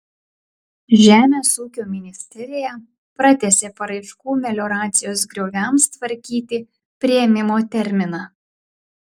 žemės ūkio ministerija pratęsė paraiškų melioracijos grioviams tvarkyti priėmimo terminą